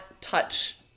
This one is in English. touch